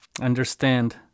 understand